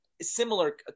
similar